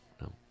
no